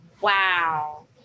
wow